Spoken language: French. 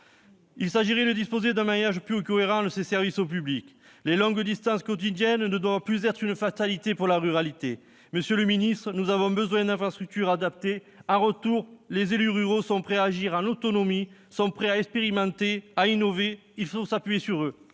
ainsi mettre en place un maillage plus cohérent de ces services au public. Les longues distances quotidiennes ne doivent plus être une fatalité pour la ruralité. Monsieur le ministre, nous avons besoin d'infrastructures adaptées. En retour, les élus ruraux sont prêts à agir en autonomie, à expérimenter et à innover. Il faut s'appuyer sur eux.